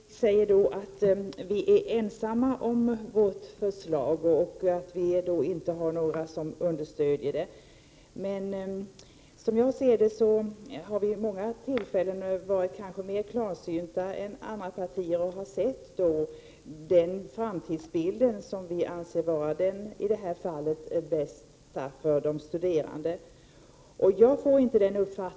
Herr talman! Lena Öhrsvik säger att vi är ensamma om vårt förslag och att vi inte har några som stöder det. Som jag ser det har vi vid många tillfällen varit mer klarsynta än andra partier. Vi har sett den framtidsbild som vi i detta fall anser vara den bästa för de studerande.